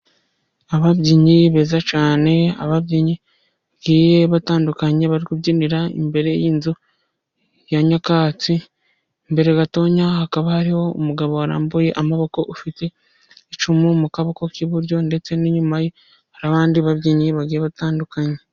Ababyinnyi beza cyane, ababyinnyi bagiye batandukanye bari kubyinira imbere y'inzu ya nyakatsi, imbere gatoya hakaba hariho umugabo warambuye amaboko ufite icumu mu kaboko k'iburyo, ndetse n'inyuma hari abandi babyinnyi bagiye batandukanye.